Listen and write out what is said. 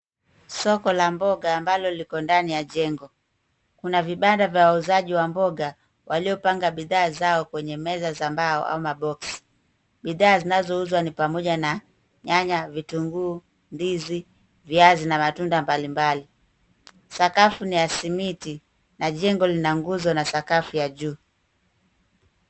Soko la mboga ambalo liko ndani ya jengo. Kuna vibanda vya wauzaj wa mboga waliopanga bidhaa zao kwenye meza za mbao ama Box . Bidhaa zinazuzwa ni pamoja na nyanya, vitungu, ndizi, viazi na matunda mbalimbali. Sakafu ni ya simiti na jengo lina nguzo na sakafu ya juu.